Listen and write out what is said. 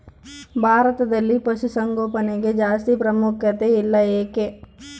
ಭಾರತದಲ್ಲಿ ಪಶುಸಾಂಗೋಪನೆಗೆ ಜಾಸ್ತಿ ಪ್ರಾಮುಖ್ಯತೆ ಇಲ್ಲ ಯಾಕೆ?